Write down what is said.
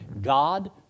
God